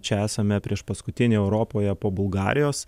čia esame priešpaskutiniai europoje po bulgarijos